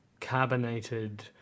carbonated